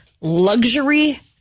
luxury